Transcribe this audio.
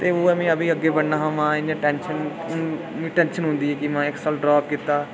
ते उ'ऐ में अग्गें पढ़ना हा इं'या टेंशन मिगी टेंशन होंदी की इक्क साल ड्रॉप कीता